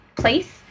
place